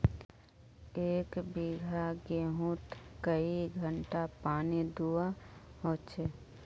एक बिगहा गेँहूत कई घंटा पानी दुबा होचए?